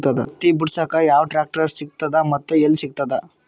ಹತ್ತಿ ಬಿಡಸಕ್ ಯಾವ ಟ್ರಾಕ್ಟರ್ ಸಿಗತದ ಮತ್ತು ಎಲ್ಲಿ ಸಿಗತದ?